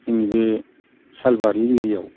जोंनि बे सालबारि एरियायाव